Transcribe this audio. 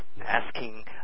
asking